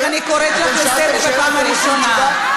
אני קוראת אותך לסדר בפעם הראשונה.